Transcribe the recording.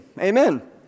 amen